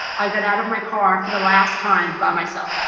i got out of my car for the last time by myself.